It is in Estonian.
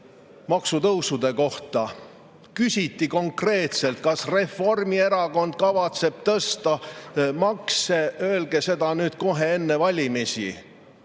maksutõusude kohta. Küsiti konkreetselt, kas Reformierakond kavatseb tõsta makse, [paluti] seda kohe enne valimisi